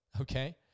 okay